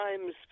Times